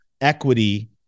equity